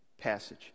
passage